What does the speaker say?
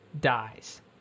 dies